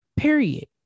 period